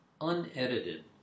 Unedited